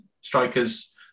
strikers